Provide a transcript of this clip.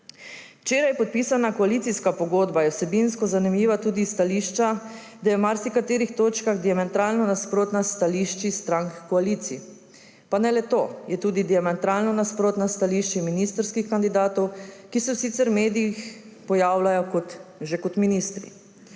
Včeraj podpisana koalicijska pogodba je vsebinsko zanimiva tudi s stališča, da je v marsikaterih točkah diametralno nasprotna s stališči strank koalicij. Pa ne le to, je diametralno nasprotna s stališči ministrskih kandidatov, ki se sicer v medijih pojavljajo že kot ministri.